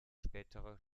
spätere